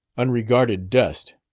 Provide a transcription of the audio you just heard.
unregarded dust.